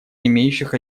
имеющих